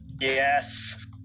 Yes